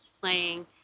playing